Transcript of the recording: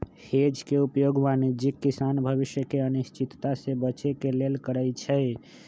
hedge के उपयोग वाणिज्यिक किसान भविष्य के अनिश्चितता से बचे के लेल करइ छै